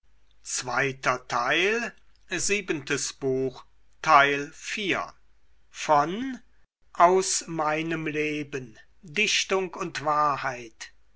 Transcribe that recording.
aus meinem leben dichtung und wahrheit